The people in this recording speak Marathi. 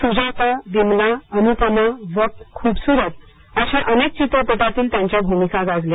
सुजाता जगली बिमला अनुपमा वक्त खुबसुरत अशा अनेक चित्रपटातील त्यांच्या भूमिका गाजल्या